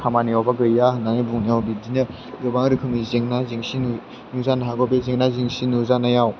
खामानियावबा गैया होननानै बुंनायाव बिब्दिनो गोबां रोखोमनि जेंना जेंसि नुजानो हागौ बे जेंना जेंसि नुजानायाव